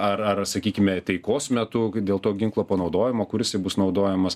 ar ar sakykime taikos metu dėl to ginklo panaudojimo kur jisai bus naudojamas